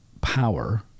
power